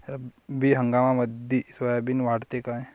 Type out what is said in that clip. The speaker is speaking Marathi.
रब्बी हंगामामंदी सोयाबीन वाढते काय?